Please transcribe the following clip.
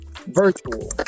virtual